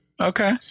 Okay